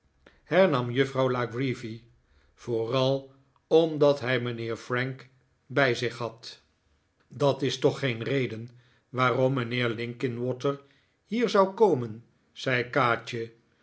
hernam juffrouw la creevy vooral omdat hij mijnheer frank bij zich had dat is toch geen reden waarom mijnheer linkinwater hier zou komen zei kaatje